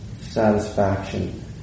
satisfaction